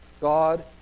God